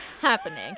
happening